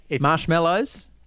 Marshmallows